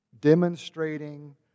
demonstrating